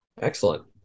Excellent